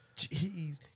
Jeez